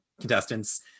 contestants